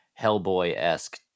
Hellboy-esque